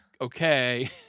okay